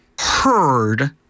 heard